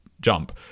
jump